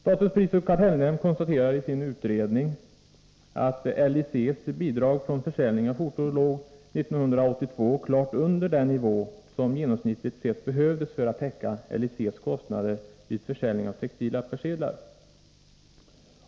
Statens prisoch kartellnämnd konstaterar i sin utredning att ”LIC:s bidrag från försäljningen av skjortor låg 1982 klart under den nivå som genomsnittligt sett behövdes för att täcka LIC:s kostnader vid försäljning av textila persedlar”.